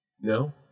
No